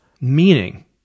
meaning